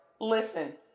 listen